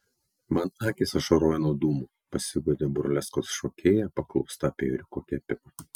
man akys ašaroja nuo dūmų pasiguodė burleskos šokėja paklausta apie ėriuko kepimą